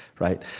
right?